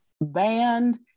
banned